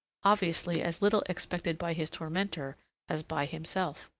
obviously as little expected by his tormentor as by himself.